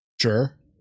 Sure